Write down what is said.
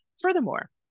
furthermore